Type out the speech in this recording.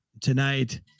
tonight